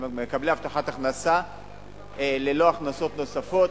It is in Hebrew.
מקבלי הבטחת הכנסה ללא הכנסות נוספות,